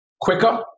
quicker